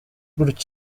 gutya